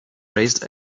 raised